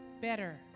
better